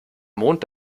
mond